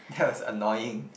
that was annoying